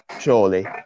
surely